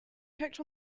checked